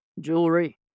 Jewelry